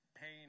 Pain